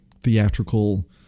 theatrical